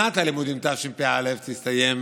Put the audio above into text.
שנת הלימודים תשפ"א תסתיים